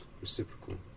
reciprocal